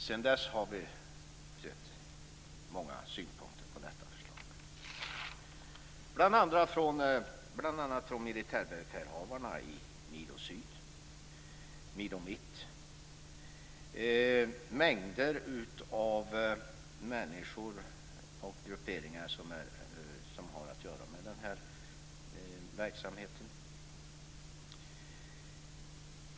Sedan dess har vi sett många synpunkter på detta förslag, bl.a. från militärbefälhavarna i MILO syd och MILO mitt, från mängder av människor och grupperingar som har att göra med den här verksamheten.